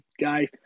guys